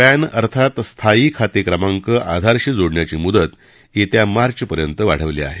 pan अर्थात स्थायी खाते क्रमांक आधारशी जोडण्याची मुदत येत्या मार्चपर्यंत वाढवली आहे